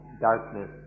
darkness